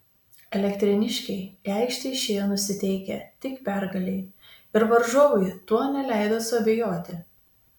elektrėniškiai į aikštę išėjo nusiteikę tik pergalei ir varžovui tuo neleido suabejoti